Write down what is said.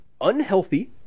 unhealthy